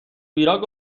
بیراه